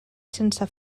sense